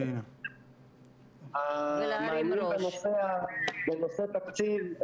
המענים בנושא תקציב,